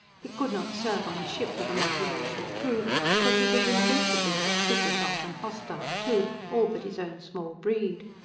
he could not serve on a ship with a multiracial crew, because he was invincibly suspicious of and hostile to all but his own small breed.